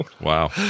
Wow